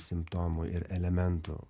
simptomų ir elementu